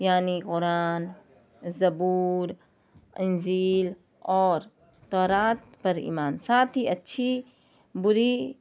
یعنی قرآن زبور انجیل اور تورات پر ایمان ساتھ ہی اچھی بری